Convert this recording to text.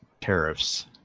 tariffs